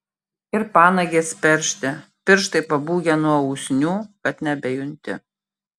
ir panagės peršti pirštai pabūgę nuo usnių kad nebejunti